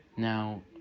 Now